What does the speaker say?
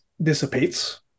dissipates